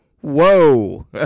Whoa